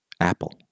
apple